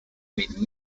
made